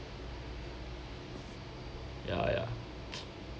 ya ya